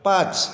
पांच